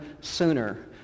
sooner